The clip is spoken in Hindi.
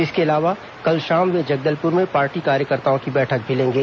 इसके अलावा कल शाम वे जगदलपुर में पार्टी कार्यकर्ताओं की बैठक भी लेंगे